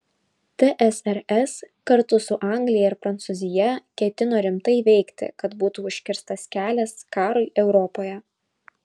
tsrs kartu su anglija ir prancūzija ketino rimtai veikti kad būtų užkirstas kelias karui europoje